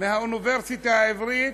מהאוניברסיטה העברית